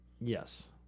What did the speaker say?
Yes